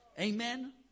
Amen